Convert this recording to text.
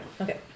okay